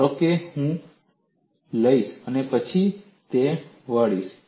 ધારો કે હું લઈશ અને પછી તેને વાળીશ